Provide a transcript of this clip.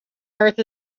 earth